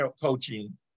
coaching